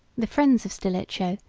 the friends of stilicho,